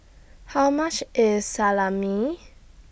How much IS Salami